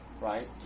right